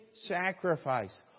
sacrifice